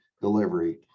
delivery